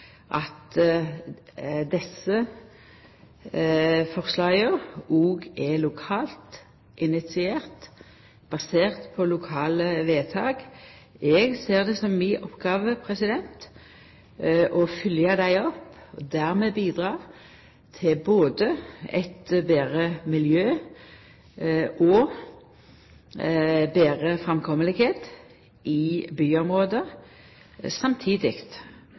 at desse forslag òg skal vera lokalt initierte, baserte på lokale vedtak. Eg ser det som mi oppgåve å følgja dei opp, der vi bidreg til både eit betre miljø og betre framkome i byområda, samtidig